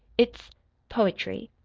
it's poetry.